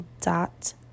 dot